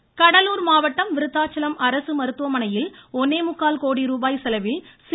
சம்பத் கடலூர் மாவட்டம் விருத்தாச்சலம் அரசு மருத்துவமனையில் ஒண்ணே முக்கால் கோடி ரூபாய் செலவில் சி